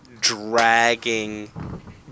dragging